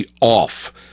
OFF